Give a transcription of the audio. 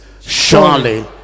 Surely